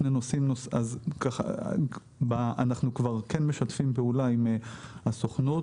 אנחנו כבר כן משתפים פעולה עם הסוכנות.